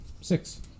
six